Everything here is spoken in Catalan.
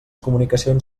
comunicacions